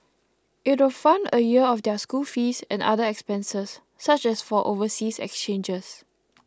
it will fund a year of their school fees and other expenses such as for overseas exchanges